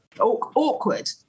Awkward